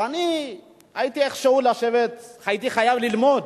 ואני הייתי איכשהו הייתי חייב ללמוד,